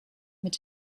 mit